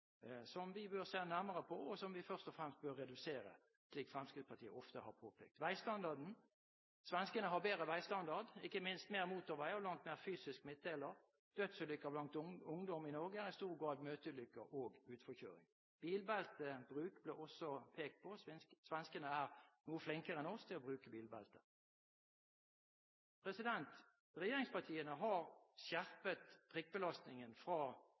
som vi bør se nærmere på, og som vi først og fremst bør redusere, slik Fremskrittspartiet ofte har påpekt. Veistandarden – svenskene har bedre veistandard, ikke minst mer motorvei og langt flere fysiske midtdelere. Dødsulykker blant ungdom i Norge er i stor grad møteulykker og utforkjøring. Bilbeltebruk ble også pekt på. Svenskene er noe flinkere enn oss til å bruke bilbelte. Regjeringspartiene har skjerpet prikkbelastningen fra